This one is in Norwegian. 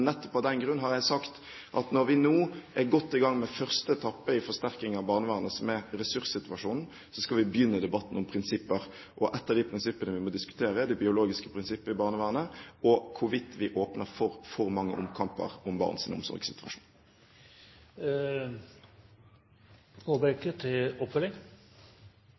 Nettopp av den grunn har jeg sagt at når vi nå er godt i gang med første etappe av forsterkningen av barnevernet, som er ressurssituasjonen, så skal vi begynne debatten om prinsipper. Og ett av de prinsippene vi må diskutere, er det biologiske prinsippet i barnevernet og hvorvidt vi åpner for for mange omkamper om barns omsorgssituasjon.